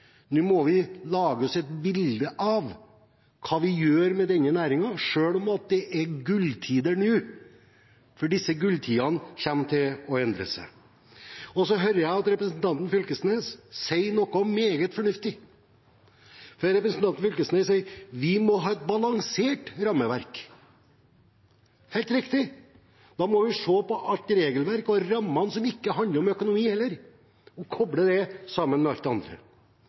Nå må vi lage oss et bilde av hva vi skal gjøre med denne næringen, selv om det er gulltider nå, for disse gulltidene kommer til å endre seg. Jeg hørte at representanten Knag Fylkesnes sa noe meget fornuftig. Han sa at vi må ha et balansert rammeverk. Det er helt riktig. Da må vi se på alt av regelverk og rammene som ikke handler om økonomi også, og koble det sammen med alt det andre.